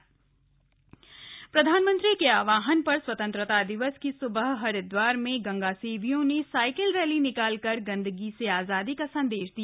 गंदगी भारत छोडो प्रधानमंत्री के आहवान पर स्वतंत्रता दिवस की सुबह हरिद्वार में गंगासेवियों ने साइकल रैली निकालकर गंदगी से आज़ादी का संदेश दिया